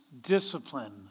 discipline